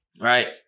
right